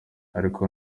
ariko